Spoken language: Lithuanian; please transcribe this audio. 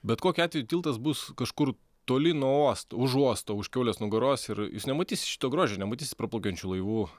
bet kokiu atveju tiltas bus kažkur toli nuo uosto už uosto už kiaulės nugaros ir jis nematys šito grožio nematys praplaukiančių laivų